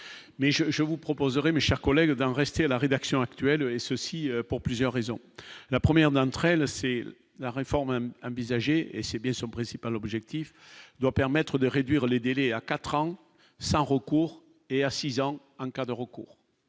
mais je je vous proposerais, mes chers collègues, d'en rester à la rédaction actuelle et ceci pour plusieurs raisons : la première dame très c'est la réforme est même envisagée et c'est bien son principal objectif doit permettre de réduire les délais à 4 ans sans recours et à 6 ans en cas de recours